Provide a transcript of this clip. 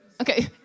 Okay